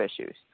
issues